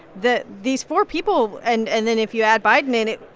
the these four people and and then if you add biden in it,